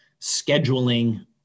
scheduling